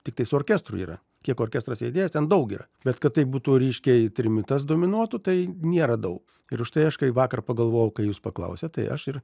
tiktai su orkestru yra kiek orkestras įdėjęs ten daug yra bet kad tai būtų ryškiai trimitas dominuotų tai nėra daug ir užtai aš kai vakar pagalvojau kai jūs paklausėt tai aš ir